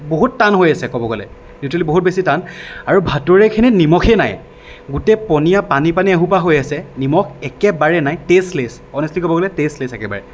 বহুত টান হৈ আছে ক'ব গ'লে লিটাৰেলি বহুত বেছি টান আৰু ভতোৰেখিনি নিমখেই নাই গোটেই পনীয়া পানী পানী এসোপা হৈ আছে নিমখ একেবাৰেই নাই টেষ্টলেছ অনেষ্টলি ক'ব গ'লে টেষ্টলেছ একেবাৰে